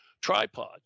tripod